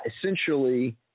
essentially